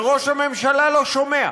וראש הממשלה לא שומע,